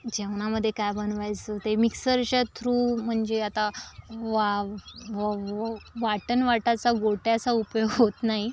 जेवणामध्ये काय बनवायचं ते मिक्सरच्या थ्रू म्हणजे आता वाटण वाटायचा गोट्याचा उपयोग होत नाही